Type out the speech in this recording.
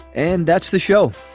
and that's the show.